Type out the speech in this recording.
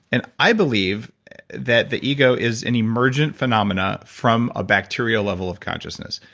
and i believe that the ego is an emergent phenomena from a bacterial level of consciousness.